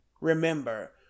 remember